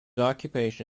occupation